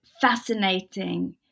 fascinating